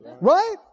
right